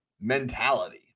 mentality